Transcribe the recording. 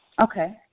Okay